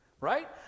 Right